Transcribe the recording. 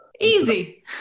Easy